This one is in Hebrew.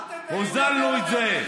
הוזלנו את זה.